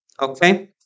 Okay